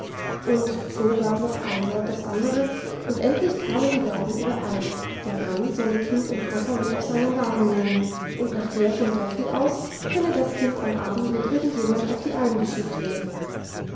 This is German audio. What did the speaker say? und so gab noch ein wort das andere und endlich kamen die beiden überein der mann solle kind und koffer mit auf seinen wagen nehmen und nachher vom dörfli aus könne das kind am abend mit irgendjemand auf die alm geschickt werden